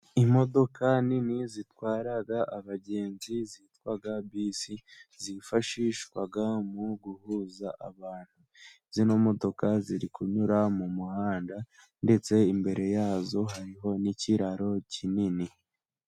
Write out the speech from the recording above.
Imodoka nini zitwara abagenzi zitwa bisi, zifashishwa mu guhuza abantu, zino modoka ziri kunyura mu muhanda, ndetse imbere yazo hariho n'ikiraro kinini.